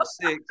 six